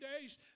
days